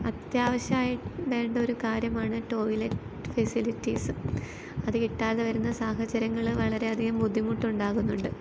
അത്യാവശ്യമായി ഒരു കാര്യമാണ് ടോയ്ലറ്റ് ഫെസിലിറ്റീസ് അത് കിട്ടാതെ വരുന്ന സാഹചര്യങ്ങൾ വളരെയധികം ബുദ്ധിമുട്ടുണ്ടാകുന്നുണ്ട്